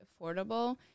affordable